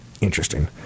interesting